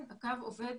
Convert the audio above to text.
הקו עובד